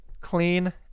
clean